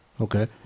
Okay